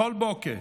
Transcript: בכל בוקר